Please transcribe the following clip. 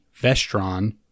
Vestron